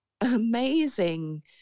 amazing